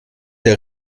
der